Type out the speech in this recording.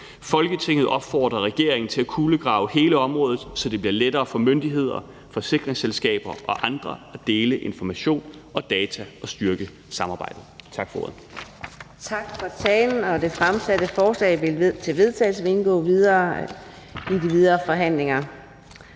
Folketinget opfordrer regeringen til at kulegrave hele området, så det bliver lettere for myndigheder, forsikringsselskaber og andre at dele information og data og styrke samarbejdet.« (Forslag til vedtagelse nr. V 71). Kl. 09:33 Fjerde næstformand